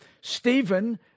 Stephen